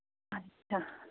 اَچھا